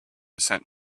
sent